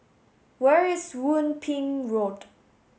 where is Yung Ping Road